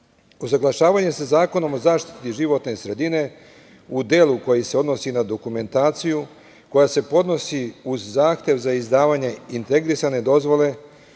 EU.Usaglašavanje sa Zakonom o zaštiti životne sredine, u delu koji se odnosi na dokumentaciju, koja se podnosi uz zahtev za izdavanje integrisane dozvole,